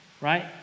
right